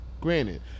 granted